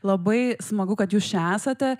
labai smagu kad jūs čia esate